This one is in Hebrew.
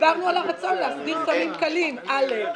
דיברנו על הרצון להסדיר סמים קלים, עלרק.